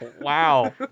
Wow